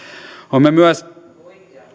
olemme myös